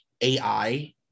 AI